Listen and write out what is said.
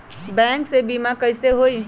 Bank से बिमा कईसे होई?